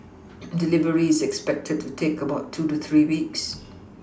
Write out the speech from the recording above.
delivery is expected to take about two to three weeks